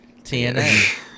TNA